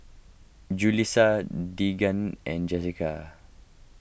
Julissa Deegan and Jessica